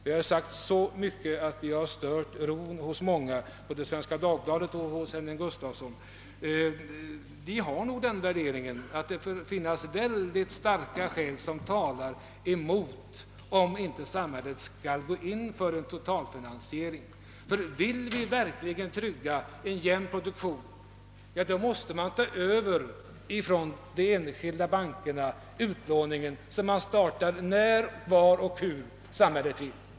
Vi har sagt så mycket att vi har stört mångas ro, både Svenska Dagbladets och herr Henning Gustafssons. Vi har nog den värderingen att det bör finnas mycket starka skäl som talar emot, för att samhället inte skall gå in för en totalfinansiering. Ty vill vi verkligen trygga en jämn produktion, måste staten ta över utlåningen från de enskilda bankerna varigenom utlåningen kan starta när, var och hur samhället vill.